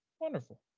Wonderful